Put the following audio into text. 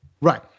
Right